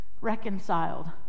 reconciled